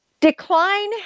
decline